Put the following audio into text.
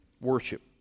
worship